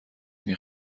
این